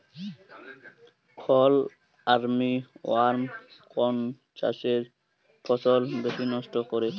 ফল army worm কোন চাষের ফসল বেশি নষ্ট করে?